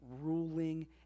ruling